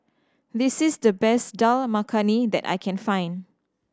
this is the best Dal Makhani that I can find